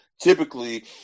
Typically